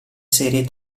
serie